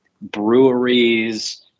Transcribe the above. breweries